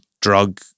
drug